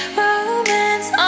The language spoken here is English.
romance